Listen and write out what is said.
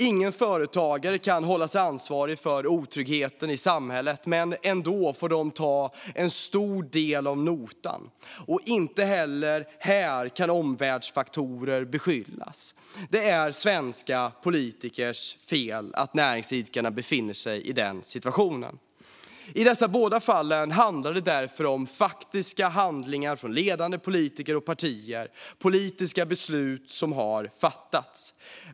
Ingen företagare kan hållas ansvarig för otryggheten i samhället, men ändå får de ta en stor del av notan. Inte heller kan omvärldsfaktorer beskyllas. Det är svenska politikers fel att näringsidkarna befinner sig i den situationen. I dessa båda fall handlar det om faktiska handlingar från ledande politiker och partier i form av politiska beslut som har fattats.